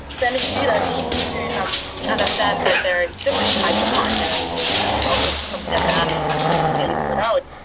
when we do that we need to um understand that there are different types of market. and this is also something that dan has clearly put out.